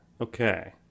Okay